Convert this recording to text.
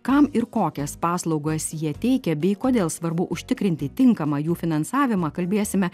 kam ir kokias paslaugas jie teikia bei kodėl svarbu užtikrinti tinkamą jų finansavimą kalbėsime